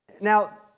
Now